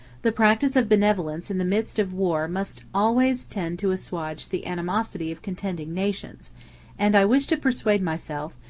the practice of benevolence in the midst of war must always tend to assuage the animosity of contending nations and i wish to persuade myself,